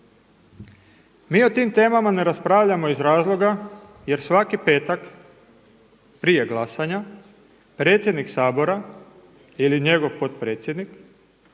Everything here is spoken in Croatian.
Mi o tim temama ne raspravljamo iz razloga jer svaki petak prije glasanja, predsjednik Sabora ili njegov potpredsjednik